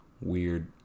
weird